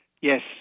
Yes